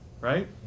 right